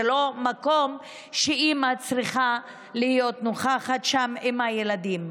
לא מקום שאימא צריכה להיות נוכחת שם עם הילדים.